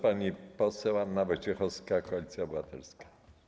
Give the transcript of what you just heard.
Pani poseł Anna Wojciechowska, Koalicja Obywatelska.